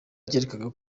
ryerekana